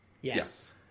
Yes